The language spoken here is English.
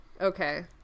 okay